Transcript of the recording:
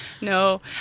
No